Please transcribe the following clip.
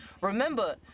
Remember